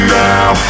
now